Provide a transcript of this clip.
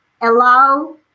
allow